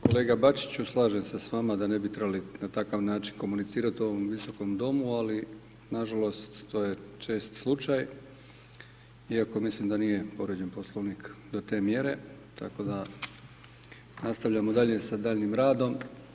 Kolega Bačiću, slažem se s vama da ne bi trebali na takav način komunicirat u ovom Visokom domu, ali nažalost, to je čest slučaj iako mislim da nije povrijeđen Poslovnik do te mjere, tako da nastavljamo dalje sa daljnjim radom.